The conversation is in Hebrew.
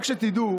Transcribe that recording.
רק שתדעו